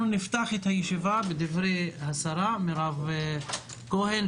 אנחנו נפתח את הישיבה בדברי השרה מירב כהן,